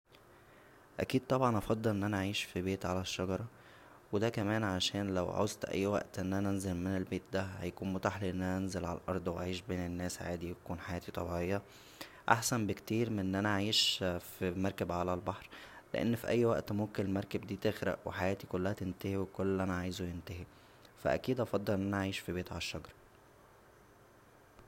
اكيد طبعا هفضل ان انا اعيش فى بيت على شجره و دا كمان عشان لو عوزت اى وقت ان انا انزل من البيت دا هيكون متاح ليا ان انا انزل على الارض و اعيش بين الناس عادى و تكون حياتى طبيعيه احسن بكتير من ان انا اعيش فى مركب عالبحر لان ف اى وقت ممكن المركب دى تغرق و حياتى كلها تنتهى وكل اللى انا عاوزه ينتهى فا اكيد افضل ان انا اعيش فبيت عالشجر